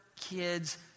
kids